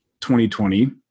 2020